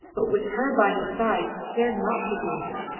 but with her by his side he cared not for danger,